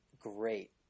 great